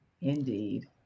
Indeed